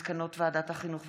על מסקנות ועדת החינוך,